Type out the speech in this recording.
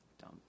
Dumb